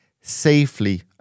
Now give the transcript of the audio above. safely